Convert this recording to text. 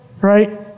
Right